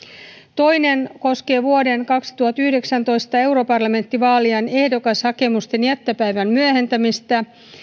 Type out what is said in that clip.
toinen koskee vuoden kaksituhattayhdeksäntoista europarlamenttivaalien ehdokashakemusten jättöpäivän myöhentämistä